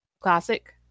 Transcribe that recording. classic